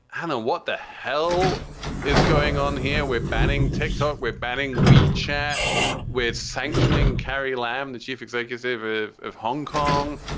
and what the hell is going on here? we're batting tick tock. we're batting we chat with sanctioning. carrie lam, the chief executive of of hong kong.